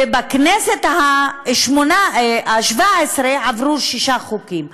ובכנסת ה-17 עברו שישה חוקים.